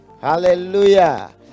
Hallelujah